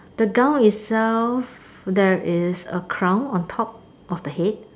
the gown itself there is a crown on top of the head